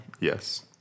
Yes